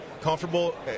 comfortable